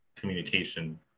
communication